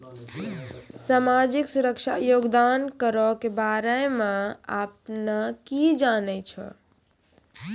समाजिक सुरक्षा योगदान करो के बारे मे अपने कि जानै छो?